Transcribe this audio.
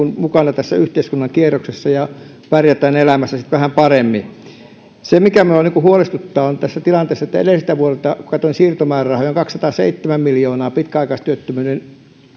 mukana tässä yhteiskunnan kierroksessa ja pärjätään elämässä sitten vähän paremmin minua huolestuttaa tässä tilanteessa se että edelliseltä vuodelta kun katsoin siirtomäärärahoja on kaksisataaseitsemän miljoonaa pitkäaikaistyöttömyyden